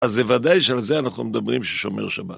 אז זה ודאי שעל זה אנחנו מדברים ששומר שבת.